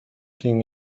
quien